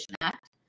Act